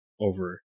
over